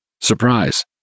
Surprise